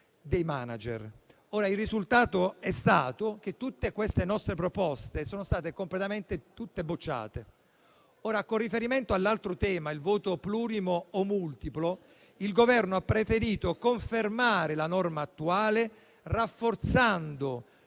dei *manager*. Il risultato è stato che queste nostre proposte sono state tutte bocciate. Con riferimento all'altro tema, il voto plurimo o multiplo, il Governo ha preferito confermare la norma attuale, rafforzando